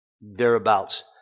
thereabouts